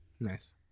Nice